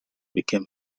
became